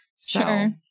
sure